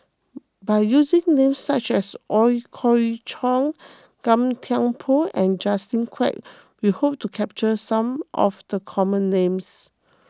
by using names such as Ooi Kok Chuen Gan Thiam Poh and Justin Quek we hope to capture some of the common names